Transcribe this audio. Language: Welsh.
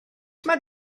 mae